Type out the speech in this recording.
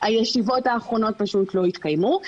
הישיבות האחרונות פשוט לא התקיימו.